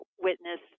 witness